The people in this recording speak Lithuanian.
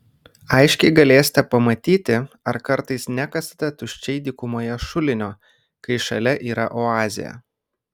aiškiai galėsite pamatyti ar kartais nekasate tuščiai dykumoje šulinio kai šalia yra oazė